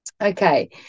Okay